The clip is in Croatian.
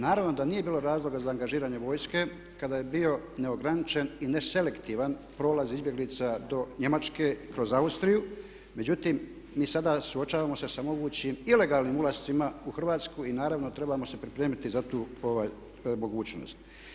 Naravno da nije bilo razloga za angažiranje vojske kada je bio neograničen i neselektivan prolaz izbjeglica do Njemačke kroz Austriju, međutim mi sada suočavamo se sa mogućim ilegalnim ulascima u Hrvatsku i naravno trebamo se pripremiti za tu mogućnost.